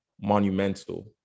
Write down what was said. monumental